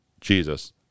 Jesus